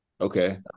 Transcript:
Okay